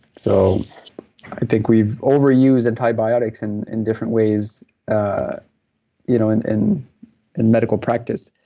so i think we've overused antibiotics and in different ways ah you know in in and medical practice.